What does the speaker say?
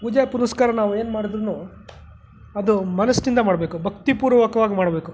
ಪೂಜೆ ಪುನಸ್ಕಾರ ನಾವೇನು ಮಾಡಿದ್ರು ಅದು ಮನಸ್ಸಿನಿಂದ ಮಾಡಬೇಕು ಭಕ್ತಿ ಪೂರ್ವಕವಾಗಿ ಮಾಡಬೇಕು